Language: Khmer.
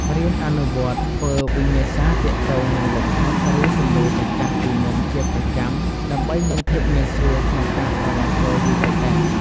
រៀនអនុវត្តន៍ធ្វើវិញ្ញាសារទាក់ទងនឹងលំហាត់ឫសំណួរចាស់ៗពីមុនជាប្រចាំ ដើម្បីមានភាពងាយស្រួលក្នុងការប្រឡងចូល UHS។